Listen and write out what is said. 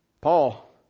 Paul